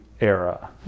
era